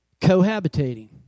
cohabitating